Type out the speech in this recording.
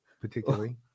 particularly